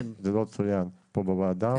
בפועל זה לא קורה באף בית.